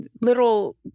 little